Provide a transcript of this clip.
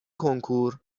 کنکوراز